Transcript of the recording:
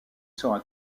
sera